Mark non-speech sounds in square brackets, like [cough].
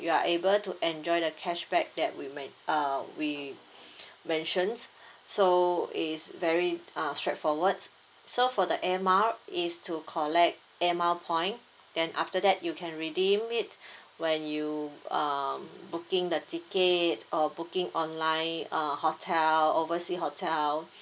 you are able to enjoy the cashback that we men~ uh we [breath] mentions so is very uh straightforwards so for the air mile is to collect air mile point then after that you can redeem it [breath] when you um booking the tickets or booking online uh hotel oversea hotel